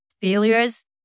failures